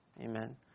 Amen